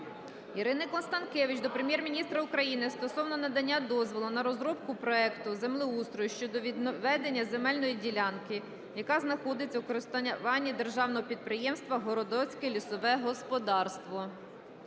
Ірини Констанкевич до Прем'єр-міністра України стосовно надання дозволу на розробку проекту землеустрою щодо відведення земельної ділянки, яка знаходиться у користуванні державного підприємства "Городоцьке лісове господарство".